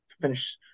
finish